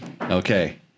Okay